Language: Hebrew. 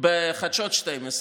בחדשות 12,